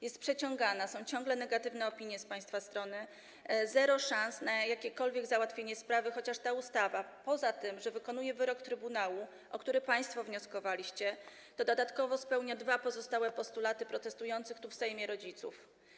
Jest przeciągana, są ciągle negatywne opinie z państwa strony, zero szans na jakiekolwiek załatwienie sprawy, chociaż ta ustawa poza tym, że wykonuje wyrok trybunału, o który państwo wnioskowaliście, dodatkowo spełnia dwa pozostałe postulaty protestujących tu w Sejmie rodziców.